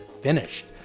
finished